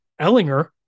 Ellinger